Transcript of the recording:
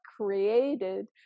created